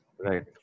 Right